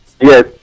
yes